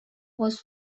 was